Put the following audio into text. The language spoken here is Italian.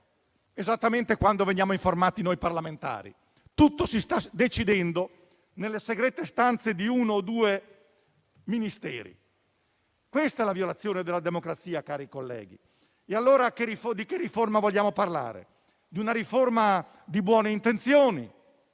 esattamente quando lo siamo noi parlamentari. Tutto si sta decidendo nelle segrete stanze di uno o due Ministeri. Questa è la violazione della democrazia, cari colleghi. Di che riforma vogliamo allora parlare? Di una riforma di buone intenzioni?